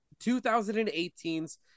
2018's